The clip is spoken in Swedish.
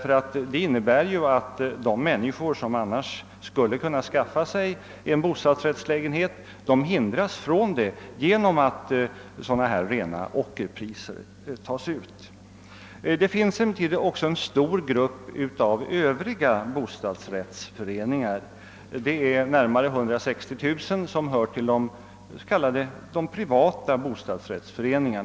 Det innebär ju att de människor som annars skulle kunna skaffa sig en bostadsrättslägenhet hindras härifrån genom att rena ockerpriser tas ut. Det finns emellertid också en stor grupp av andra bostadsrättsföreningar, närmare 160 000, som brukar benämnas privata bostadsrättsföreningar.